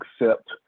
accept